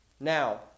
Now